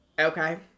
Okay